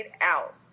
out